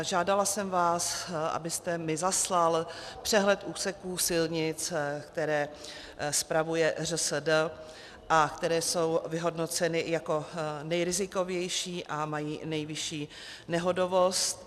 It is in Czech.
Žádala jsem vás, abyste mi zaslal přehled úseků silnic, které spravuje ŘSD a které jsou vyhodnoceny jako nejrizikovější a mají nejvyšší nehodovost.